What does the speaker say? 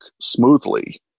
smoothly